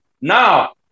Now